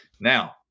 now